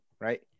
right